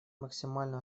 максимальную